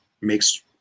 makes